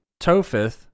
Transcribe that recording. Topheth